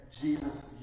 Jesus